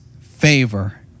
favor